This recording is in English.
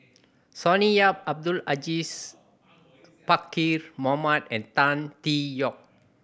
Sonny Yap Abdul Aziz Pakkeer Mohamed and Tan Tee Yoke